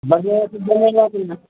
बजे हए कि देबैआ कि नहि